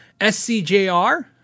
SCJR